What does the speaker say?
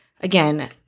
Again